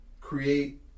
create